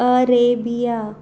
Arabia